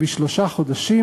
בשלושה חודשים,